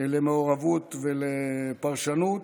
למעורבות ולפרשנות.